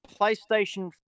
PlayStation